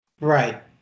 Right